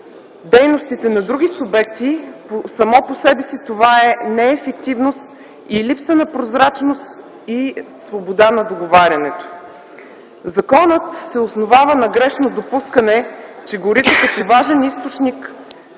дейностите на други субекти, само по себе си това е неефективност, липса на прозрачност и свобода на договарянето. Законът се основава на грешно допускане, че горите като важен източник